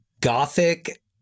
gothic